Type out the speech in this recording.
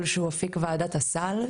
שהוא ועדת הסל.